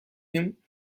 him